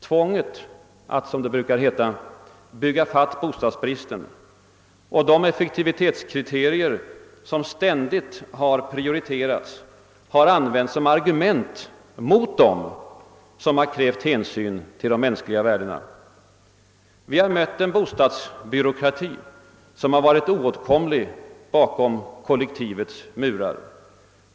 Tvånget att, som det brukar heta, bygga fatt bostadsbristen och de effektivitetskriterier som ständigt har prioriterats har använts som argument mot dem som krävt hänsyn till de mänskliga värdena. Vi har mött en bostadsbyråkrati som varit oåtkomlig bakom kollektivets murar.